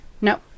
No